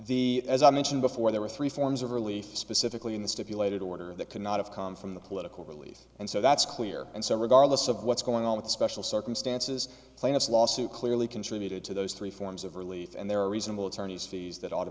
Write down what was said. the as i mentioned before there were three forms of relief specifically in the stipulated order of the cannot have come from the political release and so that's clear and so regardless of what's going on with the special circumstances plaintiff lawsuit clearly contributed to those three forms of relief and there are reasonable attorneys fees that ought to